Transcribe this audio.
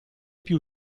più